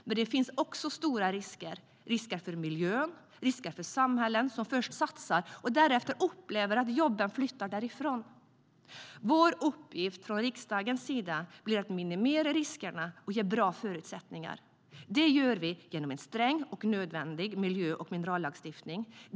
Men det finns också stora risker, risker för miljön och för samhällen som först satsar och därefter upplever att jobben flyttar därifrån. Vår uppgift från riksdagens sida blir att minimera riskerna och ge bra förutsättningar. Det gör vi genom en sträng och nödvändig miljö och minerallagstiftning.